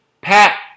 Pat